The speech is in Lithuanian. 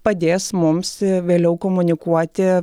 padės mums vėliau komunikuoti